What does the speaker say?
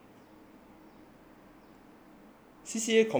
C_C_A confirm sem one don't have [one] ah I think